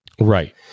Right